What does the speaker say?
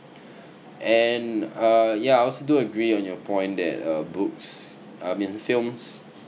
and uh yeah I also do agree on your point that uh books I mean films